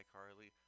Harley